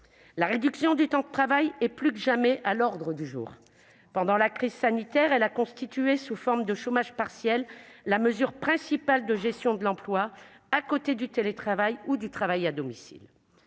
La réduction du temps de travail est plus que jamais à l'ordre du jour. Pendant la crise sanitaire, elle a constitué, sous forme de chômage partiel, la mesure principale de gestion de l'emploi, avec le télétravail ou le travail à domicile.